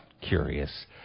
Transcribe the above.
curious